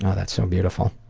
ah that's so beautiful.